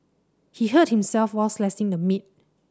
he hurt himself while slicing the meat